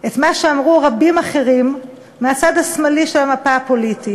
את מה שאמרו רבים אחרים מהצד השמאלי של המפה הפוליטית.